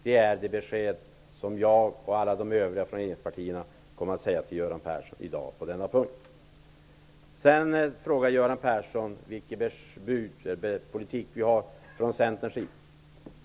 Det är det besked som jag och alla övriga från regeringspartierna har att lämna till Göran Persson i dag. Göran Persson frågade vilken politik vi från Centern har.